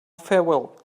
farewell